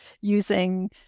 using